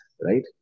right